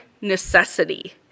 necessity